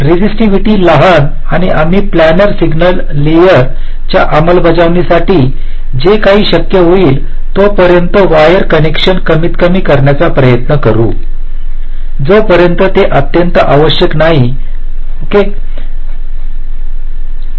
resistivity लहान आणि आम्ही प्लॅनर सिंगल लेयरच्या अंमलबजावणीसाठी जे काही शक्य होईल तोपर्यंत वायर कनेक्शन कमीतकमी करण्याचा प्रयत्न करू जोपर्यंत ते अत्यंत आवश्यक नाही ठीक आहे